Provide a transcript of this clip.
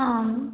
आम्